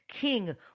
king